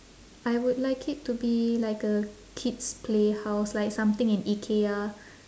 I would like it to be like a kids playhouse like something in ikea